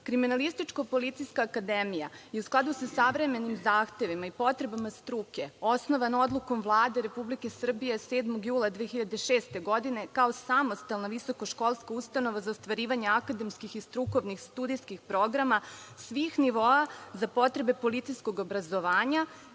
Kriminalističko policijska akademija je u skladu sa savremenim zahtevima i potrebama struke, osnovana odlukom Vlade Republike Srbije 7. jula 2016. godine, kao samostalna visoko školska ustanova za ostvarivanje akademskih i strukovnih studijskih programa svih nivoa za potrebe policijskog obrazovanja,